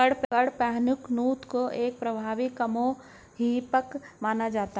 कडपहनुत को एक प्रभावी कामोद्दीपक माना जाता है